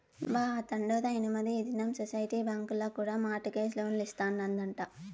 బా, ఆ తండోరా ఇనుమరీ ఈ దినం సొసైటీ బాంకీల కూడా మార్ట్ గేజ్ లోన్లిస్తాదంట